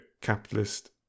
capitalist